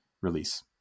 release